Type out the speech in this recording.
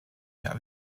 der